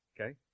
Okay